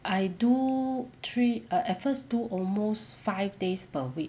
I do three err at first do almost five days per week